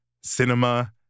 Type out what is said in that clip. cinema